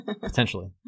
Potentially